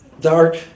dark